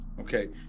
okay